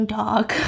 dog